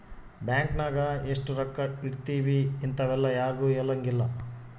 bank ನಾಗ ಎಷ್ಟ ರೊಕ್ಕ ಇಟ್ತೀವಿ ಇಂತವೆಲ್ಲ ಯಾರ್ಗು ಹೆಲಂಗಿಲ್ಲ